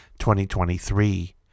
2023